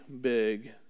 big